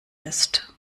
ist